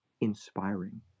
inspiring